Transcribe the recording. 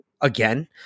again